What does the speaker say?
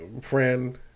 friend